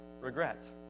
regret